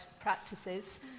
practices